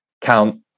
count